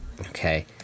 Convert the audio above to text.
Okay